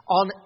on